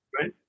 Right